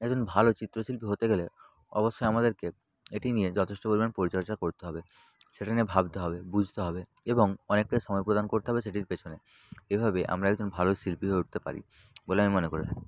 একজন ভালো চিত্র শিল্পী হতে গেলে অবশ্যই আমাদেরকে এটি নিয়ে যথেষ্ট পরিমাণ পরিচর্যা করতে হবে সেটা নিয়ে ভাবতে হবে বুঝতে হবে এবং অনেকটাই সময় প্রদান করতে হবে সেটির পেছনে এভাবে আমরা একজন ভালো শিল্পী হয়ে উঠতে পারি বলে আমি মনে করে থাকি